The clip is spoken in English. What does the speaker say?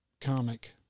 comic